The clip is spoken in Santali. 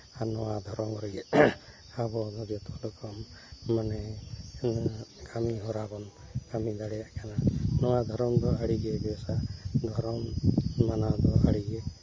ᱟᱨ ᱱᱚᱣᱟ ᱫᱷᱚᱨᱚᱢ ᱨᱮᱜᱮ ᱟᱵᱚ ᱦᱚᱸ ᱡᱚᱛᱚ ᱨᱚᱠᱚᱢ ᱱᱚᱸᱰᱮ ᱟᱭᱢᱟ ᱠᱟᱹᱢᱤᱦᱚᱨᱟ ᱵᱚᱱ ᱠᱟᱹᱢᱤ ᱫᱟᱲᱮᱭᱟᱜ ᱠᱟᱱᱟ ᱱᱚᱣᱟ ᱫᱷᱚᱨᱚᱢ ᱫᱚ ᱟᱹᱰᱤ ᱜᱮ ᱵᱮᱥᱟ ᱱᱚᱣᱟ ᱫᱷᱚᱨᱚᱢ ᱢᱟᱱᱟᱣ ᱵᱟᱛᱟᱣ ᱟᱹᱰᱤ ᱜᱮ